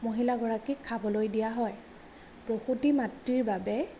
মহিলাগৰাকীক খাবলৈ দিয়া হয় প্ৰসূতি মাতৃৰ বাবে